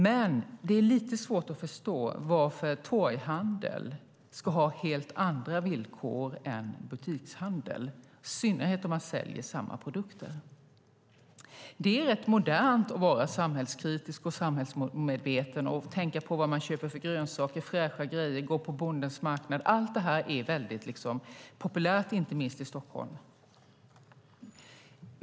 Men det är lite svårt att förstå varför torghandel ska ha helt andra villkor än butikshandel, i synnerhet om man säljer samma produkter. Det är rätt modernt att vara samhällskritisk och samhällsmedveten och tänka på vad man köper för grönsaker, fräscha grejer, gå på Bondens marknad - allt det här är väldigt populärt, inte minst i Stockholm.